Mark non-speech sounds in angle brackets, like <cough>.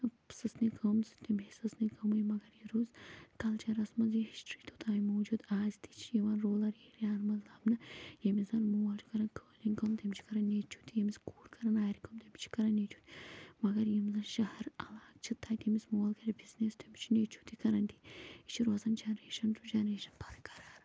سٕژنہِ کٲم <unintelligible> تٔمۍ ہیٚچھۍ سٕژنہِ کٲمٕے مگر یہِ روٗز کَلچَرَس منٛز یہِ ہِسٹرٛی توٚتانۍ موٗجوٗد آز تہِ چھِ یِوان روٗلَر ایریا ہَن منٛز لَبنہٕ ییٚمِس زَن مول چھُ کَران قٲلیٖن کٲم تٔمِس چھُ کَران نیٚچیٛوٗ تہِ ییٚمِس کوٗر کَران آرِ کٲم تٔمِس چھُ کَران نیٚچیٛو مگر یِم زَن شہر علاقہٕ چھِ تَتہِ ییٚمِس مول کَرِ بِزنیٚس تٔمِس چھُ نیٚچیٛو تہِ کَران تی یہِ چھِ روزان جَنریشَن ٹُو جَنریشَن بَرقرار